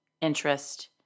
interest